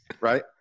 right